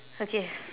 okay